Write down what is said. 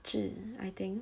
只 I think